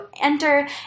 enter